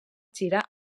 gira